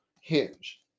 hinge